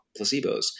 placebos